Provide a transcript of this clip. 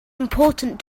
important